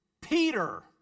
Peter